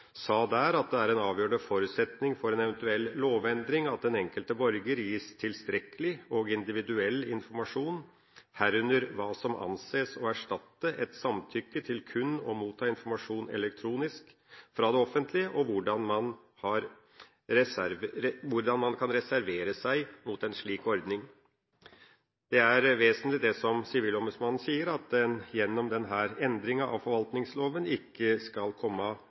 sa der i sin høringsuttalelse at det er «en avgjørende forutsetning for en eventuell lovendring at den enkelte borger gis tilstrekkelig og individuell informasjon om ordningen, herunder hva som anses å erstatte et samtykke til kun å motta informasjon elektronisk fra det offentlige og hvordan man kan reservere seg mot en slik ordning». Det er vesentlig det som Sivilombudsmannen sier, at en gjennom denne endringen av forvaltningsloven ikke skal komme